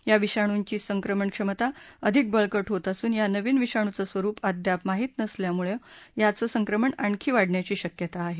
या विषाणूंची संक्रमण क्षमता अधिक बळकट होत असून या नवीन विषाणूंचं स्वरुप अद्याप माहित नसल्यामुळे याचं संक्रमण आणखी वाढण्याची शक्यता आहे